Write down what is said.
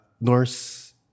Norse